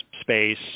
space